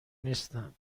نیستن